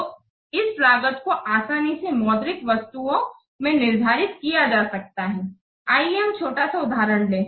तो इस लागत को आसानी से मौद्रिक वस्तुओं में निर्धारित किया जा सकता है आइए हम एक छोटा सा उदाहरण लें